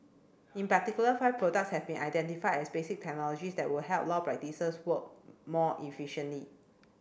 in particular five products have been identified as basic technologies that would help law practices work more efficiently